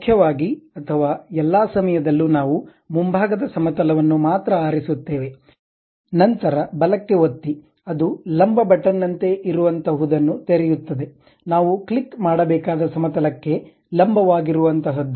ಮುಖ್ಯವಾಗಿ ಅಥವಾ ಎಲ್ಲಾ ಸಮಯದಲ್ಲೂ ನಾವು ಮುಂಭಾಗದ ಸಮತಲ ವನ್ನು ಮಾತ್ರ ಆರಿಸುತ್ತೇವೆ ನಂತರ ಬಲಕ್ಕೆ ಒತ್ತಿ ಅದು ಲಂಬ ಬಟನ್ ನಂತೆ ಇರುವಂತಹುದನ್ನು ತೆರೆಯುತ್ತದೆ ನಾವು ಕ್ಲಿಕ್ ಮಾಡಬೇಕಾದ ಸಮತಲಕ್ಕೆ ಲಂಬ ವಾಗಿರುವಂತಹದ್ದು